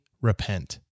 repent